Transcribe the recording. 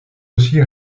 aussi